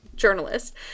journalist